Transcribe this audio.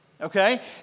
Okay